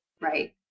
right